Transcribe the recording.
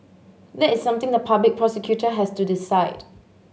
that is something the public prosecutor has to decide